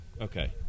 Okay